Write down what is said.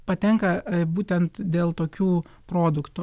patenka būtent dėl tokių produktų